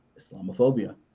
Islamophobia